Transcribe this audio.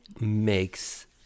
makes